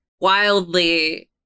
wildly